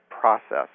process